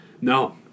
No